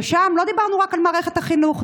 ושם לא דיברנו רק על מערכת החינוך,